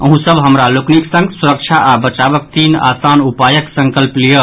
अहूँ सब हमरा लोकनिक संग सुरक्षा आ बचावक तीन आसान उपायक संकल्प लियऽ